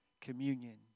communion